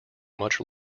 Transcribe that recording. much